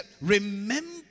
remember